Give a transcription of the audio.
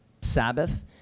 Sabbath